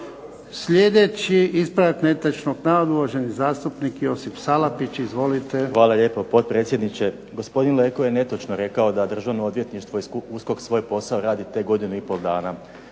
Sljedeći ispravak netočnog navoda, uvaženi zastupnik Josip Salapić. Izvolite. **Salapić, Josip (HDZ)** Hvala lijepo potpredsjedniče. Gospodin Leko je netočno rekao da Državno odvjetništvo i USKOK svoj posao radi tek godinu i pol dana.